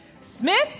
Smith